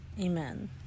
Amen